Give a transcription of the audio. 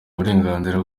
burenganzira